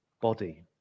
body